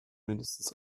mindestens